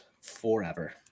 forever